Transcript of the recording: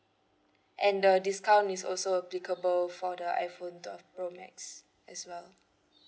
and the discount is also applicable for the iphone twelve pro max as well